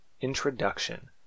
Introduction